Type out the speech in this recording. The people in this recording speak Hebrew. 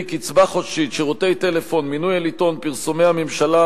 מאוד דמוקרטי.